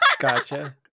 Gotcha